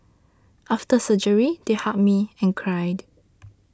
after surgery they hugged me and cried